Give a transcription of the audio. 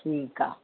ठीकु आहे